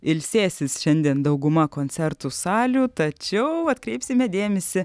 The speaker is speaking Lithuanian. ilsėsis šiandien dauguma koncertų salių tačiau atkreipsime dėmesį